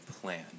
plan